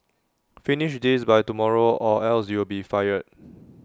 finish this by tomorrow or else you'll be fired